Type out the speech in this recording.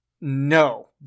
No